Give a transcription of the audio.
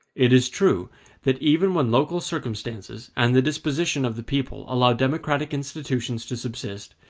it is true that even when local circumstances and the disposition of the people allow democratic institutions to subsist,